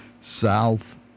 South